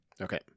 Okay